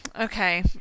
okay